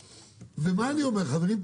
חברים,